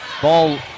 Ball